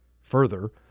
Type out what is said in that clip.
Further